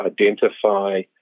identify